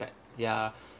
ya